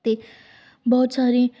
ਅਤੇ ਬਹੁਤ ਸਾਰੇ